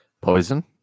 poison